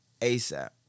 ASAP